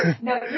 no